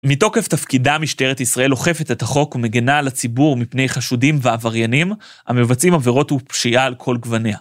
מתוקף תפקידה, משטרת ישראל אוכפת את החוק ומגנה על הציבור מפני חשודים ועבריינים המבצעים עבירות ופשיעה על כל גווניה.